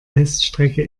teststrecke